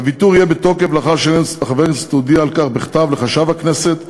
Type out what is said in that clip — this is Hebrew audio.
הוויתור יהיה בתוקף לאחר שחבר הכנסת הודיע על כך בכתב לחשב הכנסת,